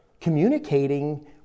communicating